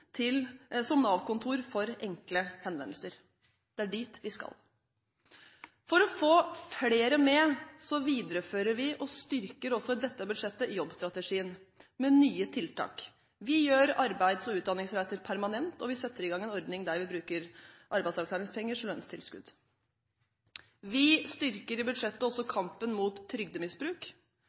som Nav-kontor for enkle henvendelser. Det er dit vi skal. For å få flere med viderefører vi og styrker også i dette budsjettet jobbstrategien med nye tiltak. Vi gjør arbeids- og utdanningsreiser permanent, og vi setter i gang en ordning der vi bruker arbeidsavklaringspenger som lønnstilskudd. Vi styrker i budsjettet også kampen mot trygdemisbruk.